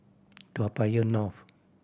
Toa Payoh North